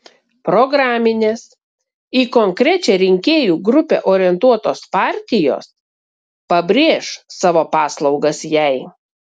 programinės į konkrečią rinkėjų grupę orientuotos partijos pabrėš savo paslaugas jai